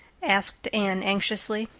asked anne anxiously.